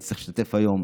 הייתי צריך להשתתף היום